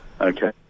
Okay